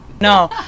no